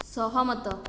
ସହମତ